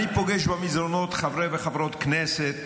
אני פוגש במסדרונות חברי וחברות כנסת